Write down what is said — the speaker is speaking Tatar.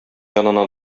янына